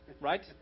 right